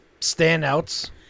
standouts